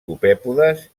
copèpodes